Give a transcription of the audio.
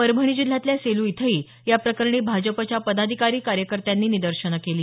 परभणी जिल्ह्यातल्या सेलू इथंही याप्रकरणी भाजपच्या पदाधिकारी कार्यकर्त्यांनी निदर्शनं केली